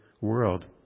world